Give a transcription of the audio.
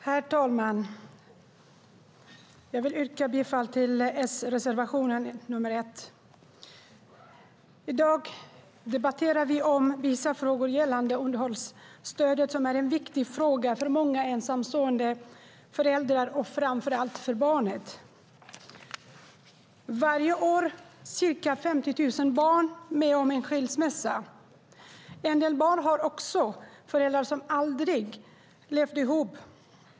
Herr talman! Jag yrkar bifall till S-reservationen nr 1. I dag debatterar vi vissa frågor gällande underhållsstödet, som är en viktig fråga för många ensamstående föräldrar och framför allt för barnet. Varje år är ca 50 000 barn med om en skilsmässa. En del barn har också föräldrar som aldrig har levt ihop.